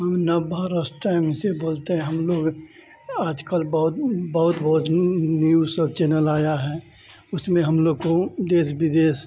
हम नवभारत टाइम से बोलते हैं हम लोग आजकल बहुत बहुत बहुत न्यूज़ सब चैनल आया है उसमें हम लोग को देश विदेश